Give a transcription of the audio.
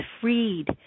freed